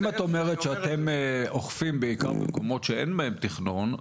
אם את אומרת שאתם אוכפים בעיקר במקומות שאין בהם תכנון,